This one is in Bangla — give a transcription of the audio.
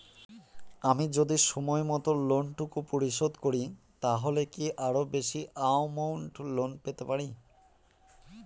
আমি যদি সময় মত লোন টুকু পরিশোধ করি তাহলে কি আরো বেশি আমৌন্ট লোন পেতে পাড়ি?